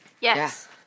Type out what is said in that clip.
Yes